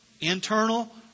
internal